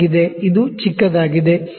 ಇದು ಚಿಕ್ಕದಾಗಿದೆ ಇದು 11